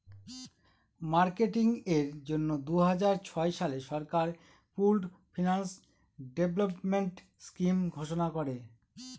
marketing এর জন্য দুই হাজার ছয় সালে সরকার পুল্ড ফিন্যান্স ডেভেলপমেন্ট স্কিম ঘোষণা করে